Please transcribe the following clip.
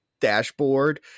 dashboard